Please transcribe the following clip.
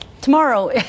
tomorrow